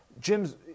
Jim's